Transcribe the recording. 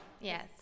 Yes